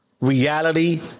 reality